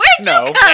no